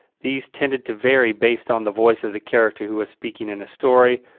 these tended to vary based on the voice of the character who was speaking in a story.